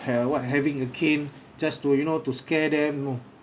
ha~ what having a cane just to you know to scare them no